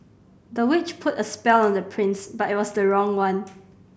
the witch put a spell on the prince but it was the wrong one